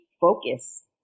focus